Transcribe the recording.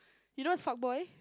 you know what's fuck boy